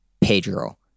pedro